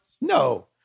No